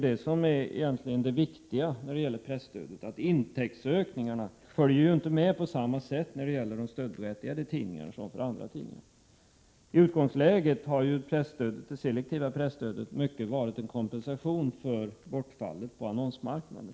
Det är egentligen det som är det viktiga med presstödet. Intäktsökningarna följer inte med på samma sätt för de stödberättigade tidningarna som för andra tidningar. I utgångsläget har det selektiva presstödet ofta varit en kompensation för bortfall på annonsmarknaden.